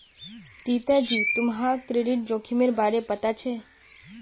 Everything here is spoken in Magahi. रीता जी, तुम्हाक क्रेडिट जोखिमेर बारे पता छे?